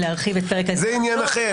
זה עניין אחר.